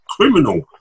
criminal